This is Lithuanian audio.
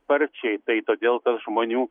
sparčiai tai todėl tas žmonių